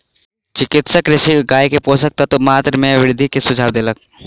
चिकित्सक कृषकक गाय के पोषक तत्वक मात्रा में वृद्धि के सुझाव देलक